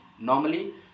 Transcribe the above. normally